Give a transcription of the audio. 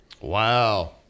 Wow